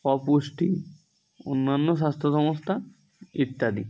অপুষ্টি অন্যান্য স্বাস্থ্য সমস্যা ইত্যাদি